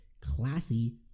classy